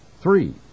Three